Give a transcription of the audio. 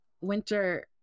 Winter